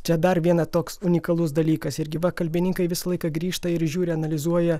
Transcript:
čia dar viena toks unikalus dalykas irgi va kalbininkai visą laiką grįžta ir žiūri analizuoja